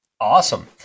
Awesome